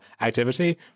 activity